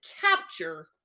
capture